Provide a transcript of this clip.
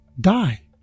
die